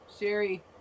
sherry